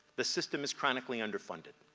the system is chronically under-funded.